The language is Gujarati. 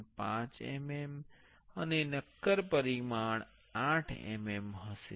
5 mm અને નક્કર પરિમાણ 8 mm હશે